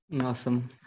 awesome